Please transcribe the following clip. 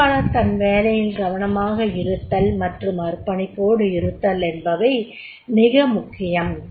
தொழிலாளர் தன் வேலையில் கவனமாக இருத்தல் மற்றும் அர்ப்பணிப்போடு இருத்தல் என்பவை மிக முக்கியம்